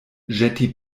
ĵeti